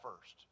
first